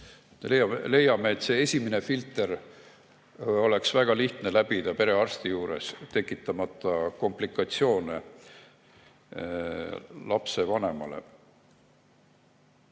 Leiame, et see esimene filter oleks väga lihtne läbida perearsti juures, tekitamata komplikatsioone lapsevanemale.